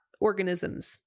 organisms